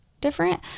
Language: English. different